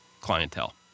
clientele